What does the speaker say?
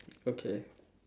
okay